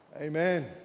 Amen